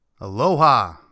Aloha